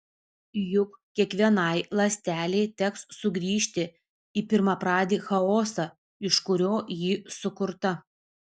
juk kiekvienai ląstelei teks sugrįžti į pirmapradį chaosą iš kurio ji sukurta